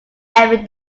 every